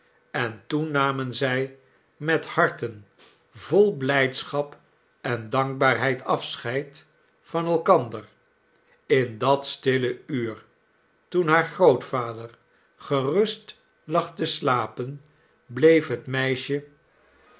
en toen narnen zij met harten vol blijdschap en dankbaarheid afscheid van elkander in dat stille uur toen haar grootvader gerust lag te slapen bleef het meisje